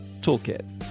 toolkit